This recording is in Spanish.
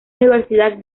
universidad